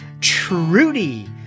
Trudy